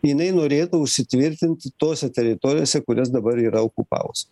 jinai norėtų užsitvirtint tose teritorijose kurias dabar yra okupavus